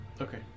Okay